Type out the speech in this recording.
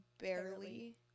barely